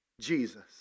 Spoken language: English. Jesus